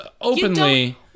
openly